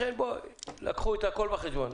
לקחו את הכול בחשבון.